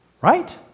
right